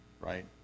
Right